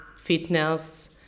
fitness